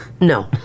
No